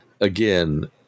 Again